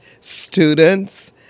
students